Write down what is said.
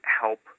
help